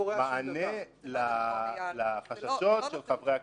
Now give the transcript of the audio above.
מענה לחששות של חברי הכנסת.